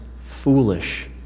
foolish